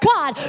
God